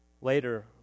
Later